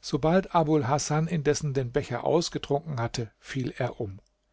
sobald abul hasan indessen den becher ausgetrunken hatte fiel er um